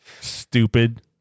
Stupid